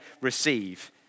receive